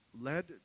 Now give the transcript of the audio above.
led